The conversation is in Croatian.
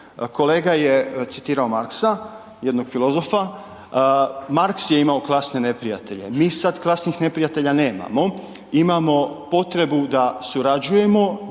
Kolega je citirao Marxa, jednog filozofa, Marx je imao klasne neprijatelje, mi sad klasnih neprijatelja nemamo, imamo potrebu da surađujemo,